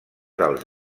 dels